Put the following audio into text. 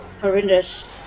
horrendous